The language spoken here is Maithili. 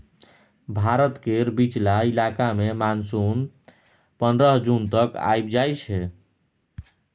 भारत केर बीचला इलाका मे मानसून पनरह जून तक आइब जाइ छै